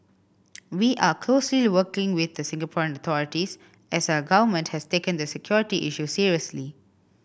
we are closely working with the Singaporean authorities as our government has taken the security issue seriously